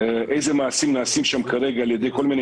איזה מעשים נעשים שם כרגע על ידי כל מיני